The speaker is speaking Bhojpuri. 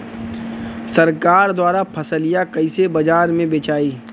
सरकार द्वारा फसलिया कईसे बाजार में बेचाई?